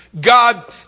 God